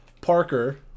Parker